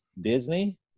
Disney